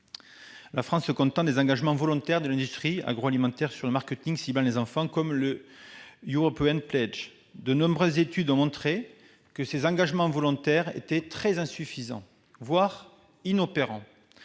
la France se contente des engagements volontaires de l'industrie agroalimentaire sur le marketing ciblant les enfants, comme le. De nombreuses études ont montré que ces engagements volontaires étaient très insuffisants, voire inopérants,